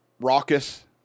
raucous